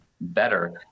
better